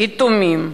יתומים,